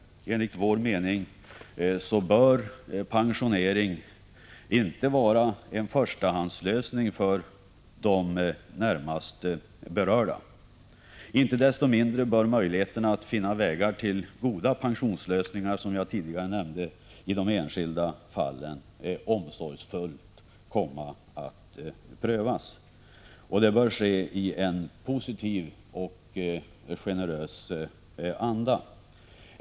Enligt vår mening bör pensionering inte vara en förstahandslösning för de närmast berörda. Icke desto mindre bör man omsorgsfullt pröva möjligheterna att finna vägar till goda pensionslösningar i de enskilda fallen, som jag tidigare har nämnt. Det bör ske i en positiv och generös anda.